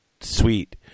sweet